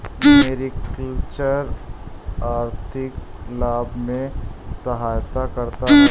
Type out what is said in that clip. mariculture आर्थिक लाभ में सहायता करता है